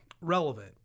Relevant